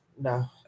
no